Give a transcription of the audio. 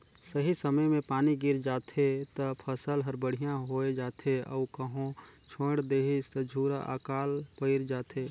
सही समय मे पानी गिर जाथे त फसल हर बड़िहा होये जाथे अउ कहो छोएड़ देहिस त झूरा आकाल पइर जाथे